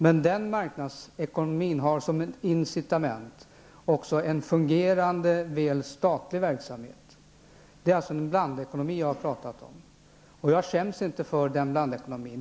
Men den marknadsekonomin har som ett incitament också en väl fungerande statlig verksamhet. Jag har alltså talat om en blandekonomi. Jag skäms inte för den blandekonomin.